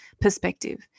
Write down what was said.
perspective